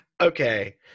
Okay